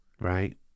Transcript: right